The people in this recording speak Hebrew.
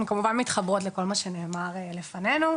אנחנו כמובן מתחברות לכל מה שנאמר לפנינו.